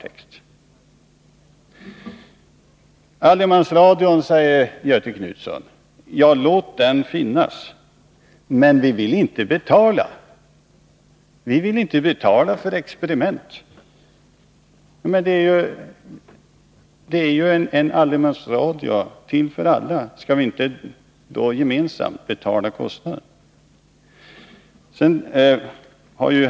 Låt allemansradion finnas, säger Göthe Knutson, men vi vill inte betala för experiment. Men det är ju fråga om en allemansradio som är till för alla. Skall vi då inte gemensamt betala kostnaden för den?